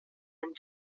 and